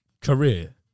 career